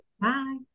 Bye